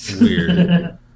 Weird